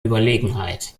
überlegenheit